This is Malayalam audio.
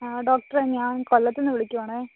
ഡോക്ടറെ ഞാൻ കൊല്ലത്ത് നിന്ന് വിളിക്കുവാണേ